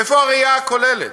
איפה הראייה הכוללת?